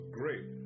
great